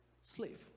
slave